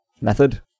method